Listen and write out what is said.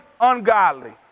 ungodly